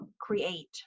create